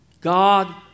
God